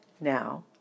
Now